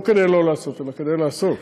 לא כדי לא לעשות אלא כדי לעשות.